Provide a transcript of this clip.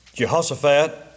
Jehoshaphat